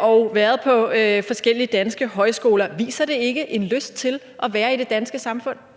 og været på forskellige danske højskoler. Viser det ikke en lyst til at være i det danske samfund?